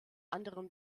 anderem